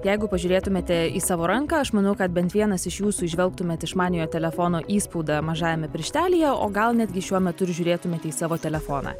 jeigu pažiūrėtumėte į savo ranką aš manau kad bent vienas iš jūsų įžvelgtumėt išmaniojo telefono įspaudą mažajame pirštelyje o gal netgi šiuo metu ir žiūrėtumėte į savo telefoną